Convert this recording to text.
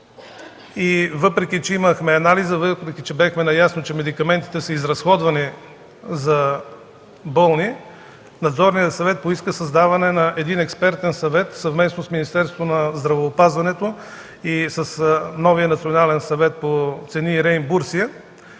Въпреки че имахме анализа, въпреки че бяхме наясно, че медикаментите са изразходвани за болни, Надзорният съвет поиска създаване на експертен съвет съвместно с Министерството на здравеопазването и с новия Национален съвет по цени и